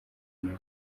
nyuma